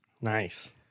nice